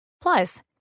Plus